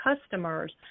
customers